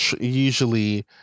usually